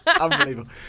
unbelievable